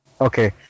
Okay